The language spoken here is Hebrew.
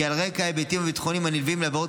כי על רקע ההיבטים הביטחוניים הנלווים לעבירות